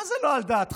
מה זה לא על דעתכם?